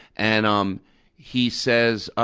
and um he says,